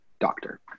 doctor